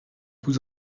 vous